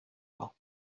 pas